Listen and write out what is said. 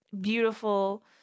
beautiful